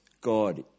God